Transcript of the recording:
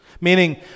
meaning